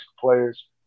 players